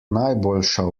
najboljša